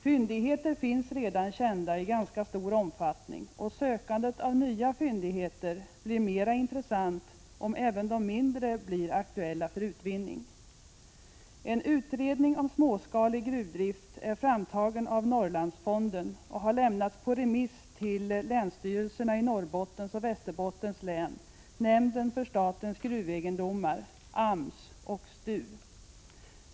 Fyndigheter är redan kända i ganska stor omfattning, och sökandet efter nya fyndigheter blir mera intressant om även de mindre blir aktuella för utvinning. En utredning om småskalig gruvdrift är framtagen av Norrlandsfonden och har lämnats på remiss till länsstyrelserna i Norrbottens och Västerbottens län, nämnden för statens gruvegendomar, AMS och STU.